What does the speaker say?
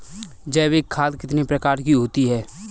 जैविक खाद कितने प्रकार की होती हैं?